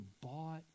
bought